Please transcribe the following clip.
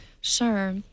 Sure